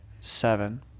Seven